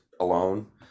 alone